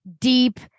deep